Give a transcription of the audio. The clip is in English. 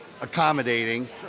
accommodating